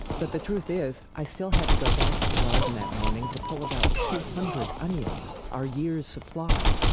but the truth is, i still had to go back to the garden that morning to pull about two hundred onions our year's supply.